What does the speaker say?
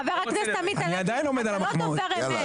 חבר הכנסת עמית הלוי, אתה לא דובר אמת.